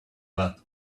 what